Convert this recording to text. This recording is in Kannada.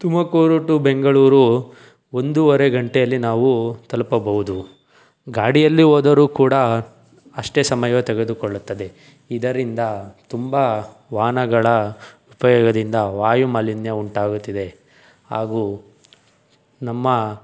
ತುಮಕೂರು ಟು ಬೆಂಗಳೂರು ಒಂದುವರೆ ಗಂಟೆಯಲ್ಲಿ ನಾವು ತಲುಪಬೌದು ಗಾಡಿಯಲ್ಲಿ ಹೋದರೂ ಕೂಡ ಅಷ್ಟೇ ಸಮಯ ತೆಗೆದುಕೊಳ್ಳುತ್ತದೆ ಇದರಿಂದ ತುಂಬಾ ವಾಹನಗಳ ಉಪಯೋಗದಿಂದ ವಾಯುಮಾಲಿನ್ಯ ಉಂಟಾಗುತ್ತಿದೆ ಹಾಗೂ ನಮ್ಮ